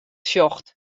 sjocht